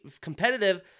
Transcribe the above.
competitive